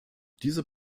diese